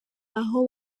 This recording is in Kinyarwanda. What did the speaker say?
aho